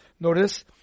Notice